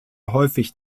häufig